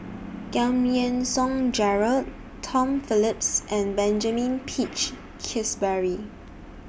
Giam Yean Song Gerald Tom Phillips and Benjamin Peach Keasberry